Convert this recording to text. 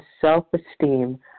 self-esteem